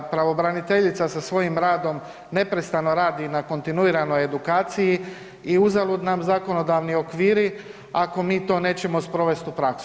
Pravobraniteljica sa svojim radom neprestano radi na kontinuiranoj edukaciji i uzalud nam zakonodavni okviri ako mi to nećemo sprovest u praksu.